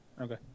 Okay